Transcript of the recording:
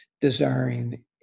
desiring